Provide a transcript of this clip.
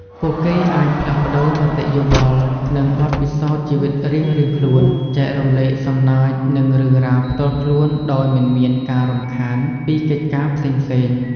ពួកគេអាចផ្លាស់ប្តូរមតិយោបល់និងបទពិសោធន៍ជីវិតរៀងៗខ្លួន ចែករំលែកសំណើចនិងរឿងរ៉ាវផ្ទាល់ខ្លួនដោយមិនមានការរំខានពីកិច្ចការផ្សេងៗ។